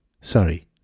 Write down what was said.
sorry